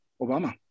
Obama